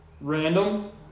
Random